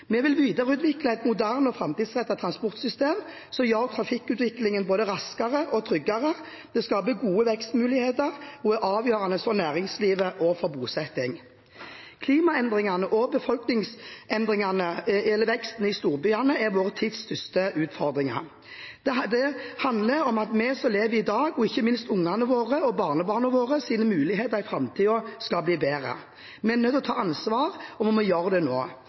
Vi vil videreutvikle et moderne og framtidsrettet transportsystem, som gjør trafikkutviklingen både raskere og tryggere. Det skaper gode vekstmuligheter og er avgjørende for næringslivet og bosettingen. Klimaendringene og befolkningsendringene med vekst i storbyene er vår tids største utfordringer. Det handler om at for oss som lever i dag, og ikke minst for våre barn og barnebarn, skal mulighetene i framtiden bli bedre. Vi er nødt til å ta ansvar, og vi må gjøre det nå.